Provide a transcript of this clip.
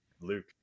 luke